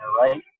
right